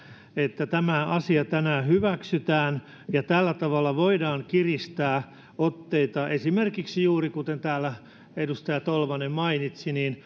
että tämä asia tänään hyväksytään ja tällä tavalla voidaan kiristää otteita esimerkiksi juuri kuten täällä edustaja tolvanen mainitsi